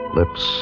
lips